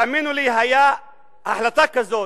תאמינו לי, החלטה כזאת,